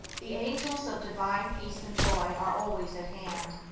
the angels of divine peace and joy are always at hand,